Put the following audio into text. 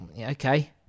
Okay